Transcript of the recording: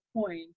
point